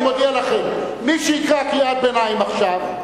אני מודיע לכם: מי שיקרא קריאת ביניים עכשיו,